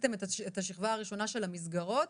עשיתם את השכבה הראשונה של המסגרות.